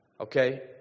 Okay